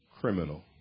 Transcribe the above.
criminal